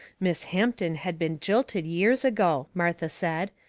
miss hampton had been jilted years ago, martha said,